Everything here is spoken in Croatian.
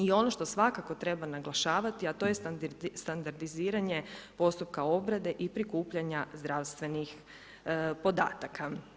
I ono što svakako treba naglašavati a to je standardiziranje postupka obrade i prikupljanja zdravstvenih podataka.